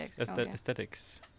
Aesthetics